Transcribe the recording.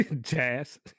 Jazz